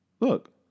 Look